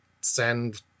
send